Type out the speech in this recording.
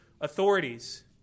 authorities